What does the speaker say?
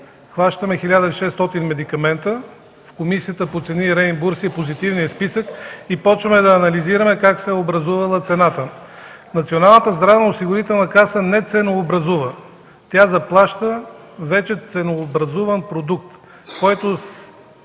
хващаме 1600 медикамента в Комисията по цени и реимбурсиране и Позитивния списък, и започваме да анализираме как се е образувала цената. Националната здравноосигурителна каса не ценообразува, тя заплаща вече ценообразуван продукт. Това